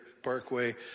Parkway